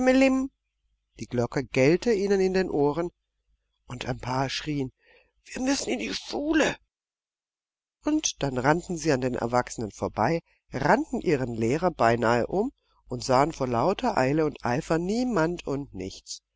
die glocke gellte ihnen in den ohren und ein paar schrien wir müssen in die schule und dann rannten sie an den erwachsenen vorbei rannten ihren lehrer beinahe um und sahen vor lauter eile und eifer niemand und nichts